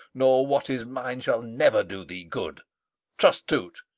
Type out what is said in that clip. nor what is mine shall never do thee good trust to't,